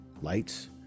Lights